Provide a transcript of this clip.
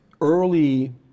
early